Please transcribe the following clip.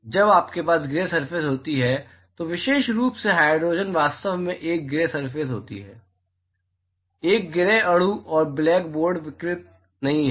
जब आपके पास ग्रे सरफेस होती है तो विशेष रूप से हाइड्रोजन वास्तव में एक ग्रे सरफेस होती है एक ग्रे अणु यह ब्लैक बोर्ड विकिरण नहीं है